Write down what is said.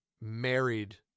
married